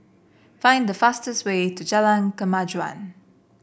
find the fastest way to Jalan Kemajuan